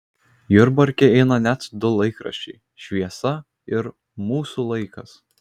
jurbarke eina net du laikraščiai šviesa ir mūsų laikas